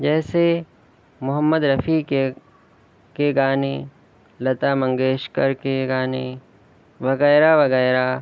جیسے محمد رفیع کے کے گانے لتا منگیشکر کے گانے وغیرہ وغیرہ